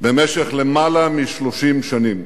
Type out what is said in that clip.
במשך למעלה מ-30 שנים.